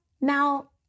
now